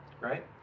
Right